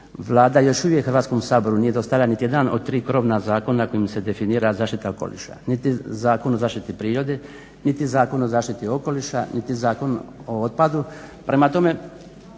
Vlada još uvijek Hrvatskom saboru nije dostavila niti jedan od 3 probna zakona kojim se definira zaštita okoliša. Niti Zakon o zaštiti prirode, niti Zakon o zaštiti okoliša, niti Zakon o otpadu, prema tome